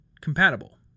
compatible